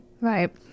Right